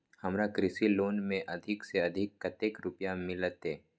हमरा कृषि लोन में अधिक से अधिक कतेक रुपया मिलते?